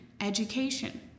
education